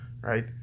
right